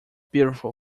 beautiful